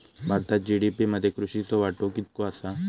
भारतात जी.डी.पी मध्ये कृषीचो वाटो कितको आसा?